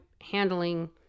handling